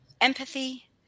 empathy